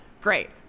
Great